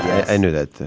i knew that,